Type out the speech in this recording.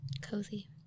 Cozy